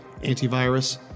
antivirus